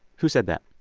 who said that?